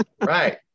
Right